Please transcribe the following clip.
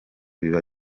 biba